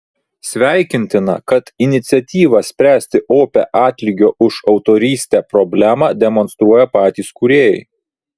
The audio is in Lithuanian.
sveikintina kad iniciatyvą spręsti opią atlygio už autorystę problemą demonstruoja patys kūrėjai